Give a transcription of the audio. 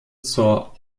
zur